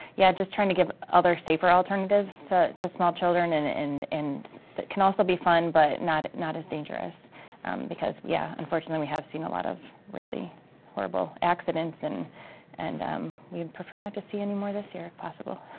yeah, just trying to give other safer alternatives to small children and and and that can also be fund but not not as dangerous because, yeah, unfortunately we have seen a lot of really horrible accidents and and we'd prefer not to see any more this year if possible.